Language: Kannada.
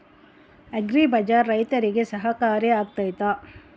ಅಗ್ರಿ ಬಜಾರ್ ರೈತರಿಗೆ ಸಹಕಾರಿ ಆಗ್ತೈತಾ?